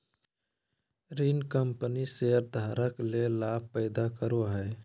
ऋण कंपनी शेयरधारक ले लाभ पैदा करो हइ